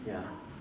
ya